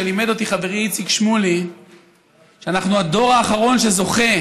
ולימד אותי חברי איציק שמולי שאנחנו הדור האחרון שזוכה